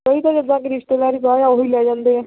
ਉਹ ਹੀ ਆ ਜਿੱਦਾਂ ਕਿ ਰਿਸ਼ਤੇਦਾਰ ਹੀ ਬਹੁਤ ਆ ਉਹ ਹੀ ਲੈ ਜਾਂਦੇ ਆ